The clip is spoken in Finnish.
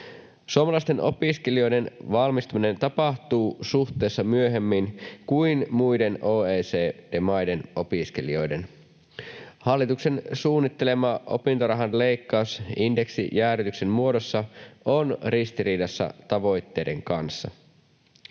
Suomalaisten opiskelijoiden valmistuminen tapahtuu suhteessa myöhemmin kuin muiden OECD-maiden opiskelijoiden. Hallituksen suunnittelema opintorahan leikkaus indeksijäädytyksen muodossa on ristiriidassa tavoitteiden kanssa.